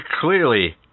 clearly